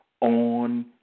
on